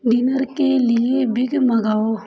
dinner के लिए big मंगाओ